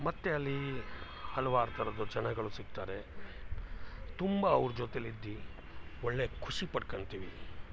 ಮತ್ತೆ ಅಲ್ಲಿ ಹಲ್ವಾರು ಥರದ್ದು ಜನಗಳು ಸಿಗ್ತಾರೆ ತುಂಬ ಅವ್ರ ಜೊತೇಲಿದ್ದು ಒಳ್ಳೆ ಖುಷಿ ಪಡ್ಕೊಳ್ತೀವಿ